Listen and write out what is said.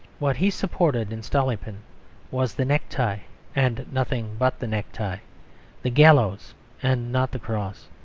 what he supported in stolypin was the necktie and nothing but the necktie the gallows and not the cross.